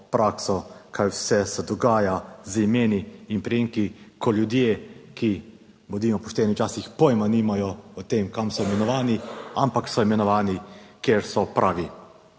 prakso kaj vse se dogaja z imeni in priimki, ko ljudje, ki, bodimo pošteni, včasih pojma nimajo o tem kam so imenovani, ampak so imenovani, ker so pravi.